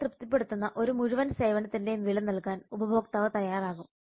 അവരെ തൃപ്തിപ്പെടുത്തുന്ന ഒരു മുഴുവൻ സേവനത്തിന്റെയും വില നൽകാൻ ഉപഭോക്താവ് തയ്യാറാകും